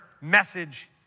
message